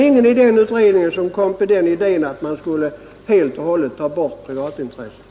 Ingen i den utredning som då hade arbetat kom på idén att man helt och hållet skulle ta bort privatintresset.